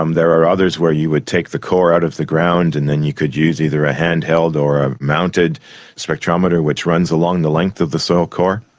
um there are others where you would take the core out of the ground and then you could use either a hand-held or ah mounted spectrometer which runs along the length of the soil core.